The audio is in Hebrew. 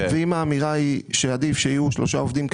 ואם האמירה היא שעדיף שיהיו שלושה עובדים,